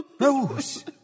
Rose